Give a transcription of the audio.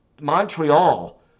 montreal